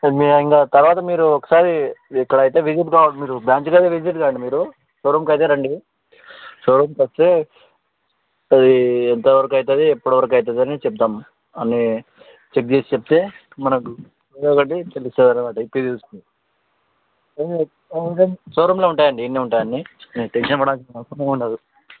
so మీరు ఇంగ తర్వాత మీరు ఒకసారి ఇక్కడ అయితే విజిట్ కావాలి మీరు బ్రాంచ్ దగ్గర విజిట్ కావండి మీరు షో రూమ్కి అయితే రండి షో రూమ్కి వస్తే అది ఎంతవరకు అవుతుంది ఎప్పడివరకు అవుతుంది అనేది చెప్దాం అన్నీ చెక్ చేసి చెప్తే మనకి ఏదో ఒకటి తెలుస్తుంది అనమాట విప్పిచూస్తే షో రూమ్లో ఉంటాయండి ఇక్కడనే ఉంటాయి అన్నీ మీరు టెన్షన్ పడాల్సిన అవసరం ఏం ఉండదు